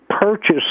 purchase